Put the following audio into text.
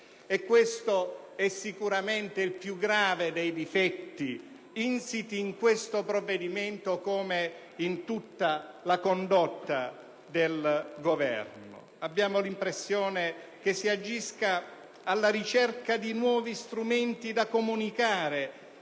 Questo è sicuramente il più grave dei difetti insiti in tale provvedimento, come in tutta la condotta del Governo. Abbiamo l'impressione che si agisca alla ricerca di nuovi strumenti da comunicare